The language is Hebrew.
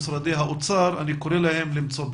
האוצר והחינוך וקורא להם למצוא פתרון.